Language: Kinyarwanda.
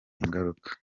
ingaruka